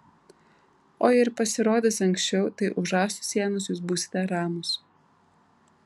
o jei ir pasirodys anksčiau tai už rąstų sienos jūs būsite ramūs